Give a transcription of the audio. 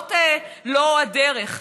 זאת לא הדרך,